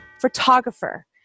photographer